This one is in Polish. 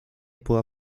była